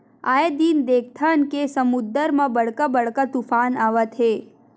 आए दिन देखथन के समुद्दर म बड़का बड़का तुफान आवत हे